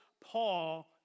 Paul